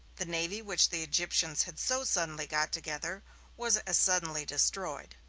the navy which the egyptians had so suddenly got together was as suddenly destroyed.